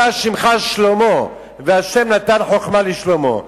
אתה שמך שלמה, השם נתן חוכמה לשלמה.